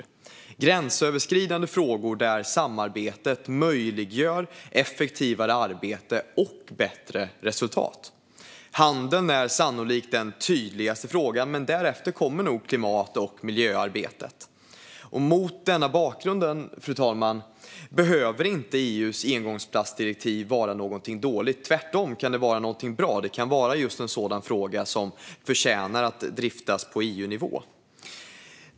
Det handlar om gränsöverskridande frågor där samarbete möjliggör ett effektivare arbete och bättre resultat. Handeln är sannolikt den tydligaste frågan, men därefter kommer nog klimat och miljöarbetet. Mot denna bakgrund, fru talman, behöver inte EU:s engångsplastdirektiv vara någonting dåligt. Tvärtom kan det vara någonting bra; detta kan vara just en sådan fråga som förtjänar att dryftas på EU-nivå.